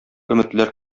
өметләр